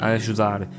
ajudar